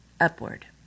upward